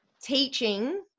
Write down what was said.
teaching